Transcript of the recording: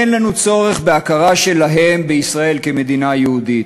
אין לנו צורך בהכרה שלהם בישראל כמדינה יהודית.